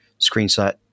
screenshot